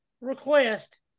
request